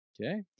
Okay